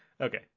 Okay